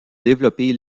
développer